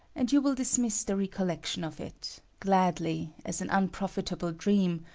and you will dismiss the recollection of it, gladly, as an unprofitable dream,